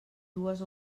dues